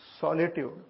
Solitude